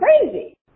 crazy